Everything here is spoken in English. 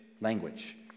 language